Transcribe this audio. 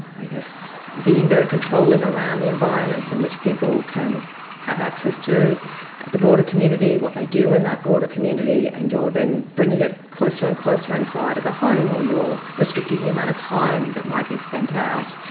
i guess, being very controlling around the environments in which people can have access to the broader community, what they do in that broader community and you're then bringing it closer and closer inside of the home, or you're restricting the amount of time that might be spent out,